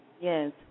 Yes